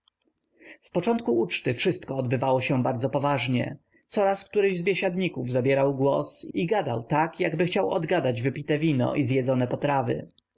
z początku uczty wszystko odbywało się bardzo poważnie coraz któryś z biesiadników zabierał głos i gadał tak jakby chciał odgadać wypite wino i zjedzone potrawy